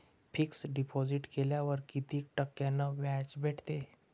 Fix deposit केल्यावर कितीक टक्क्यान व्याज भेटते?